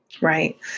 Right